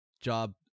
job